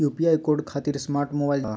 UPI code खातिर smart mobile जरूरी बा?